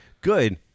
Good